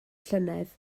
llynedd